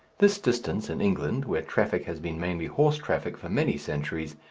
this distance in england, where traffic has been mainly horse traffic for many centuries,